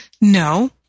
No